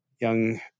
young